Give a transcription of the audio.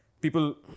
people